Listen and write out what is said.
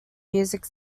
music